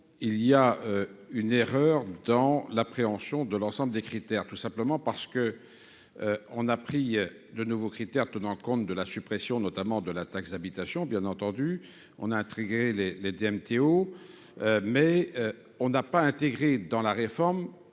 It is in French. il y a une erreur du temps l'appréhension de l'ensemble des critères tout simplement parce que on a pris de nouveaux critères tenant compte de la suppression, notamment de la taxe d'habitation, bien entendu on a intrigué les les DMTO mais on n'a pas intégré dans la réforme,